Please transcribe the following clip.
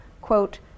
quote